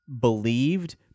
believed